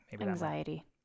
anxiety